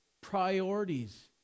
priorities